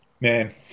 man